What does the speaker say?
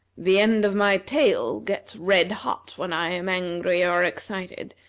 the end of my tail gets red-hot when i am angry or excited,